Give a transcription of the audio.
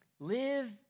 Live